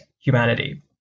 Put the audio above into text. humanity